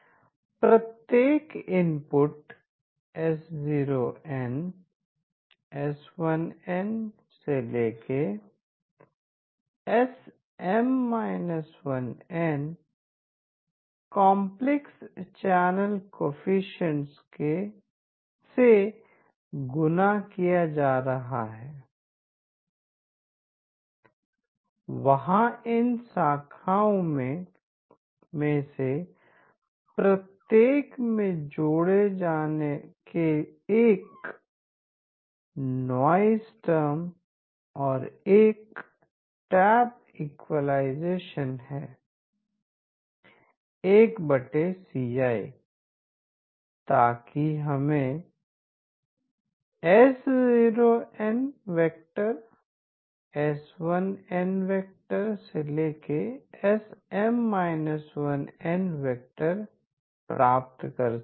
प्रत्येक input s0ns1nsM 1n complex channel coefficient से गुणा किया जा रहा है वहाँ इन शाखाओं में से प्रत्येक में जोड़े जाने के एक नॉइस टर्म और एक टैप इक्विलाइजेशन है 1Ci ताकी s0n s1n sM 1n प्राप्त कर सके